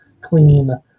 clean